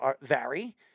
vary